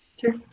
Sure